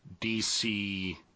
DC